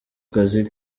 kazi